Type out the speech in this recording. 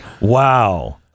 Wow